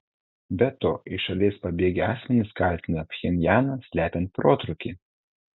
be to iš šalies pabėgę asmenys kaltina pchenjaną slepiant protrūkį